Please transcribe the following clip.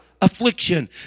Affliction